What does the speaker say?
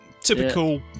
typical